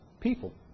people